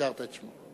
כאשר הזכרת את שמו.